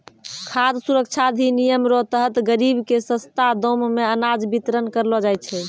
खाद सुरक्षा अधिनियम रो तहत गरीब के सस्ता दाम मे अनाज बितरण करलो जाय छै